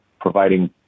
providing